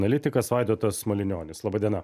analitikas vaidotas malinionis laba diena